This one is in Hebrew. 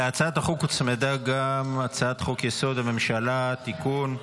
להצעת החוק הוצמדה גם הצעת חוק-יסוד: הממשלה (תיקון,